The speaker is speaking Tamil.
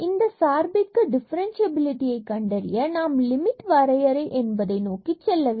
இந்த சார்பிற்கு டிஃபரன்ஸ்சியபிலிடியை கண்டறிய நாம் லிமிட் வரையறை என்பதை நோக்கி செல்ல வேண்டும்